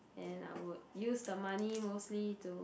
and I would use the money mostly to